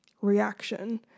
reaction